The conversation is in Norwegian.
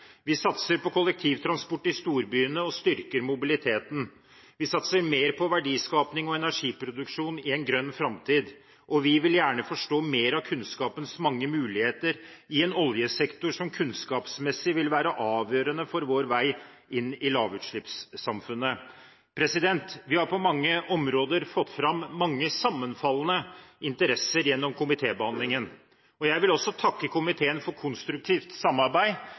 Vi satser på kollektivtransport i storbyene og styrker mobiliteten. Vi satser mer på verdiskaping og energiproduksjon i en grønn framtid, og vi vil gjerne forstå mer av kunnskapens mange muligheter i en oljesektor som kunnskapsmessig vil være avgjørende for vår vei inn i lavutslippssamfunnet. Vi har på mange områder fått fram mange sammenfallende interesser gjennom komitébehandlingen, og jeg vil også takke komiteen for konstruktivt samarbeid